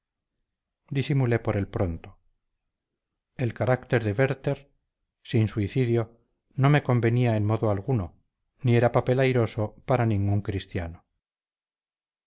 disimulé por el pronto el carácter de werther sin suicidio no me convenía en modo alguno ni era papel airoso para ningún cristiano